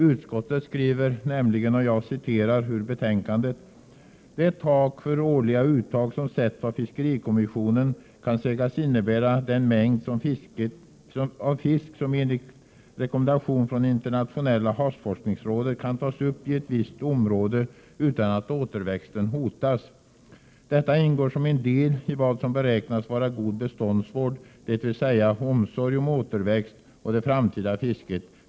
Utskottet skriver nämligen: ”Det tak för årligt uttag som sätts av fiskerikommissionen kan sägas innebära den mängd fisk som enligt rekommendation från Internationella havsforskningsrådet kan tas upp i visst område utan att återväxten hotas. Detta ingår som en del i vad som beräknas vara god beståndsvård, dvs. omsorg om återväxt och det framtida fisket.